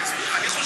אסביר.